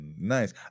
Nice